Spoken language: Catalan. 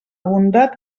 bondat